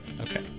Okay